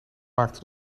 maakte